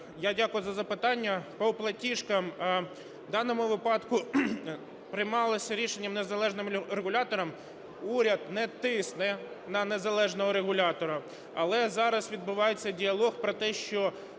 Я дякую за запитання. По платіжкам в даному випадку приймалося рішення незалежним регулятором, уряд не тисне на незалежного регулятора. Але зараз відбувається діалог про те, що